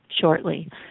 shortly